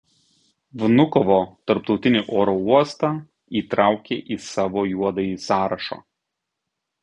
vnukovo tarptautinį oro uostą įtraukė į savo juodąjį sąrašą